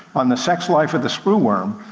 on the sex life of the screw worm,